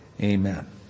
Amen